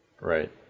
right